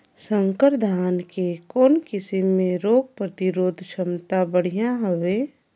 संकर धान के कौन किसम मे रोग प्रतिरोधक क्षमता बढ़िया हवे?